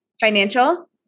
financial